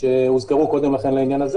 שהוזכרו קודם לכן לעניין הזה,